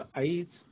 eyes